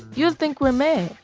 you would think we're mad.